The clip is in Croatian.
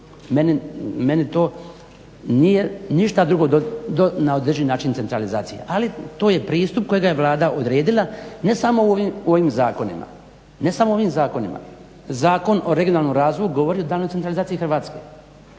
Meni to nije ništa drugo do na određeni način centralizacija. Ali to je pristup kojega je Vlada odredila ne samo u ovim zakonima. Zakon o regionalnom razvoju govori o daljnjoj centralizaciji Hrvatske.